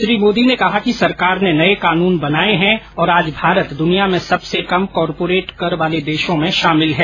श्री मोदी ने कहा कि सरकार ने नये कानून बनाए हैं और आज भारत दुनिया में सबसे कम कॉरपोरेट कर वाले देशों में शामिल है